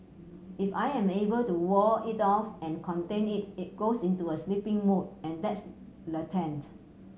if I am able to wall it off and contain it it goes into a sleeping mode and that's latent